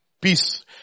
Peace